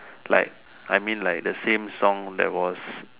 like I mean like the same song that was